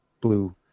blue